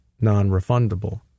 non-refundable